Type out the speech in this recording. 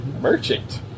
merchant